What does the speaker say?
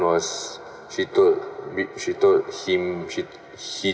was she told she told him she he